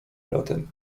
bratem